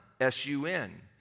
S-U-N